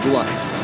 life